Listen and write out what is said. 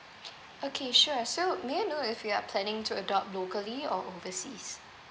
okay sure so may I know if you are planning to adopt locally or overseas